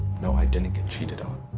no, i didn't get cheated on.